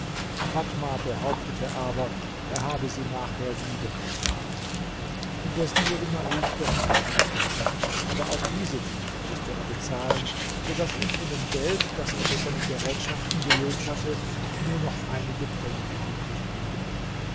fatma behauptete aber er habe sie nachher wieder geschlagen indessen wurde maruf doch wieder entlassen aber auch diese diener mußte er bezahlen so daß ihm von dem geld das er für seine gerätschaften gelöst hatte nur noch einige pfennige